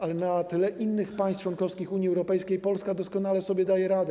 Ale na tle innych państw członkowskich Unii Europejskiej Polska doskonale sobie daje radę.